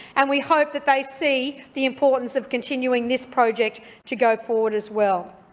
and we hope that they see the importance of continuing this project to go forward as well.